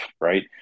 right